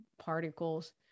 particles